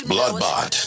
Bloodbot